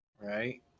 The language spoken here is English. Right